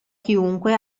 chiunque